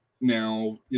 Now